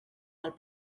del